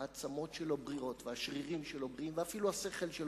העצמות שלו בריאות והשרירים שלו בריאים,